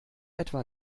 etwa